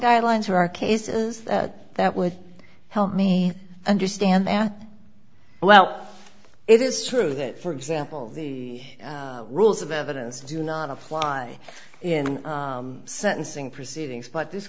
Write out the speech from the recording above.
guidelines who are cases that would help me understand that well it is true that for example the rules of evidence do not apply in sentencing proceedings but this